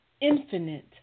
infinite